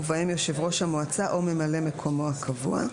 ובהם יושב-ראש המועצה או ממלא מקומו הקבוע,